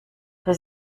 für